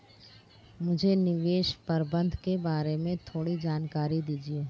मुझे निवेश प्रबंधन के बारे में थोड़ी जानकारी दीजिए